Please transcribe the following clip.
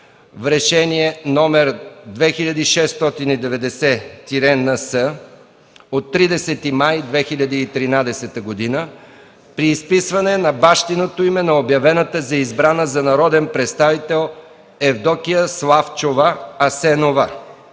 в Решение № 2690-НС от 30 май 2013 г. при изписване на бащиното име на обявената за избрана за народен представител Евдокия Славчова Асенова.